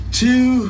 two